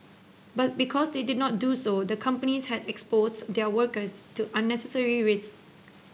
but because they did not do so the companies had exposed their workers to unnecessary risks